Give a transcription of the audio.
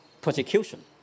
persecution